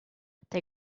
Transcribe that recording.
der